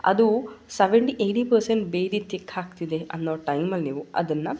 ಅದು seventy eighty percent ಬೇಯ್ದು thick ಆಗ್ತಿದೆ ಅನ್ನೋ ಟೈಮಲ್ಲಿ ನೀವು ಅದನ್ನು